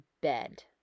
bed